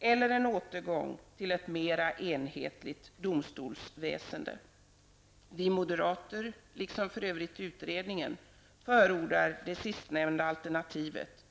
eller en återgång till ett mera enhetligt domstolväsende. Vi moderater -- liksom för övrigt utredningen -- förordar det sist nämnda alternativet.